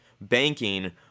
banking